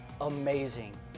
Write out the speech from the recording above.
amazing